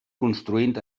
construint